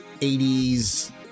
80s